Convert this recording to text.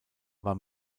war